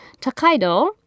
Takaido